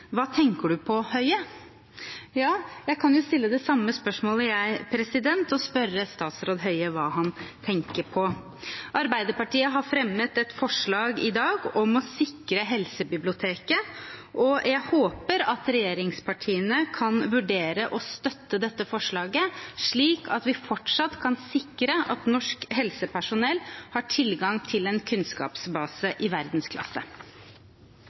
Hva tenker du på, Høie?» Jeg kan jo stille det samme spørsmålet og spørre statsråd Høie hva han tenker på. Arbeiderpartiet har i dag fremmet et forslag om å sikre Helsebiblioteket, og jeg håper regjeringspartiene kan vurdere å støtte dette forslaget, slik at vi fortsatt kan sikre at norsk helsepersonell har tilgang til en kunnskapsbase i verdensklasse.